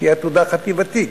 שתהיה עתודה חטיבתית.